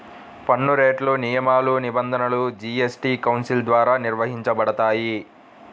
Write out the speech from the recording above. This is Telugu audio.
పన్నురేట్లు, నియమాలు, నిబంధనలు జీఎస్టీ కౌన్సిల్ ద్వారా నిర్వహించబడతాయి